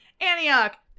Antioch